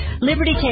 Liberty